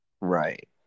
Right